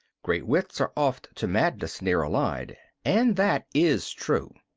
great wits are oft to madness near allied and that is true.